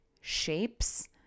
shapes